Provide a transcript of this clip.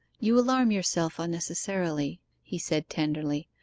you alarm yourself unnecessarily he said tenderly.